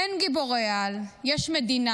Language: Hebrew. אין גיבורי-על, יש מדינה.